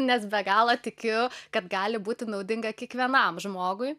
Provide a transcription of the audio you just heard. nes be galo tikiu kad gali būti naudinga kiekvienam žmogui